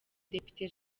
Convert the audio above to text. depite